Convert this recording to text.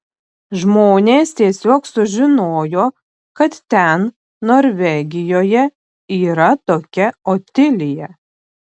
žmonės tiesiog sužinojo kad ten norvegijoje yra tokia otilija